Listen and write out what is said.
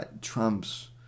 Trump's